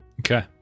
Okay